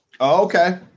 Okay